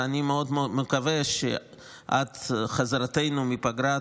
ואני מאוד מאוד מקווה שעד חזרתנו מפגרת